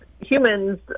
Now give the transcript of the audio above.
humans